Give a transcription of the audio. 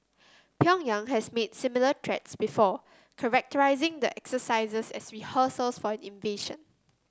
Pyongyang has made similar threats before characterising the exercises as rehearsals for an invasion